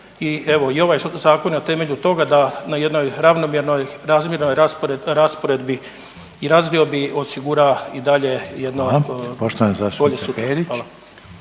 i ovaj zakon na temelju toga da na jednoj ravnomjernoj, razmjernoj rasporedbi i razdiobi osigura i dalje jedno bolje sutra.